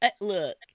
look